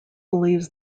believes